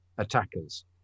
attackers